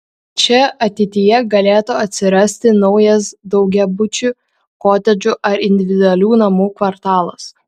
čia ateityje galėtų atsirasti naujas daugiabučių kotedžų ar individualių namų kvartalas